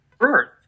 Earth